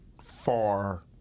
far